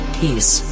peace